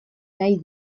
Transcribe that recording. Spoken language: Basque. nahi